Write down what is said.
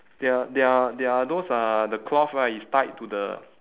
there are there are there are those uh the cloth right is tied to the